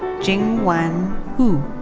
jingwen hu.